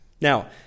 Now